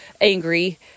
angry